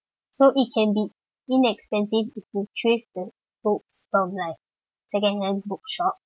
so it can be inexpensive if you purchase the books from like second-hand bookshop